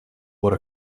what